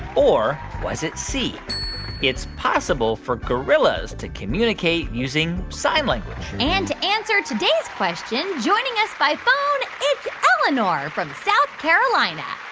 or was it c it's possible for gorillas to communicate using sign language? like and to answer today's question, joining us by phone, it's eleanor from south carolina.